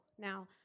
now